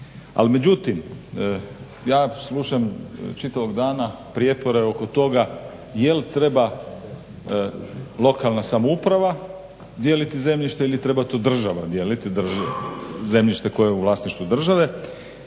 međutim, ja slušam čitavog dana prijepore oko toga jel' treba lokalna samouprava dijeliti zemljište ili treba to država dijeliti zemljište koje je u vlasništvu države